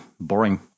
boring